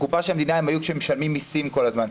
הקופה של המדינה הם היו כשמשלמים מיסים כל הזמן.